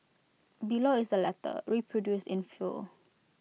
below is the letter reproduced in full